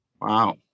Wow